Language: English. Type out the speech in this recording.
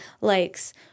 likes